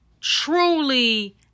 truly